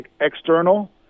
external